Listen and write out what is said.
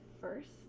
first